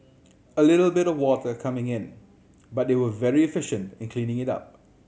a little bit of water coming in but they were very efficient in cleaning it up